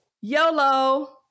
YOLO